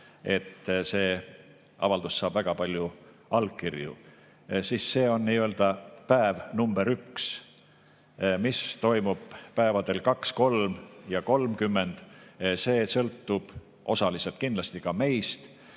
et see avaldus saab väga palju allkirju. Siis see on nii-öelda päev nr 1. Mis toimub päevadel nr 2, 3 ja 30, see sõltub osaliselt kindlasti meist,